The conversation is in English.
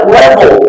level